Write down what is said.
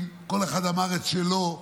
כל אחד אמר את שלו,